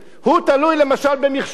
הוא תלוי למשל במחשוב.